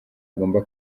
agomba